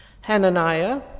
Hananiah